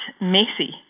messy